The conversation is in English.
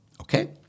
Okay